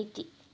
ಐತಿ